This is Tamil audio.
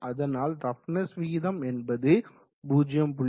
அதனால் ரஃப்னஸ் விகிதம் என்பது 0